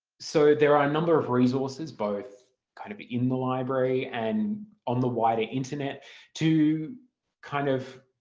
so there are a number of resources both kind of in the library and on the wider internet to kind of